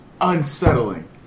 unsettling